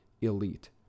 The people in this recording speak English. elite